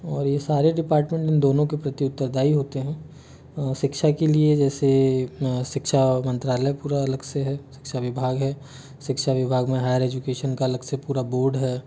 और ये सारे डिपार्टमेंट इन दोनों के प्रति उत्तरदाई होते है शिक्षा के लिए जैसे शिक्षा मंत्रालय पूरा अलग से है शिक्षा विभाग है शिक्षा विभाग में हायर एजुकेशन का अलग से पूरा बोर्ड है